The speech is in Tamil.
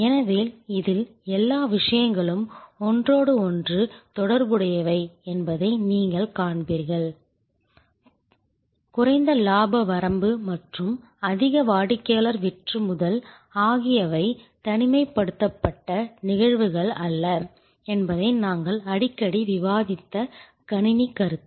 எனவே இதில் எல்லா விஷயங்களும் ஒன்றோடொன்று தொடர்புடையவை என்பதை நீங்கள் காண்பீர்கள் குறைந்த லாப வரம்பு மற்றும் அதிக வாடிக்கையாளர் விற்றுமுதல் ஆகியவை தனிமைப்படுத்தப்பட்ட நிகழ்வுகள் அல்ல என்பதை நாங்கள் அடிக்கடி விவாதித்த கணினி கருத்து